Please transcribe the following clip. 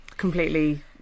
completely